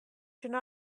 should